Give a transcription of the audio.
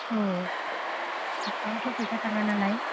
औ एसेबांथ' फैसा थाङा नालाय